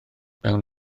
mewn